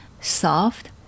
soft